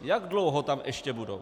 Jak dlouho tam ještě budou?